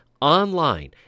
online